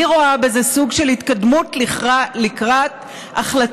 אני רואה בזה סוג של התקדמות לקראת החלטה,